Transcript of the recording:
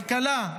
כלכלה,